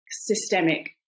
systemic